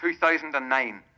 2009